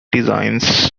designs